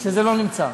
שזה לא נמצא.